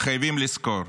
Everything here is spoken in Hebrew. חייבים לזכור: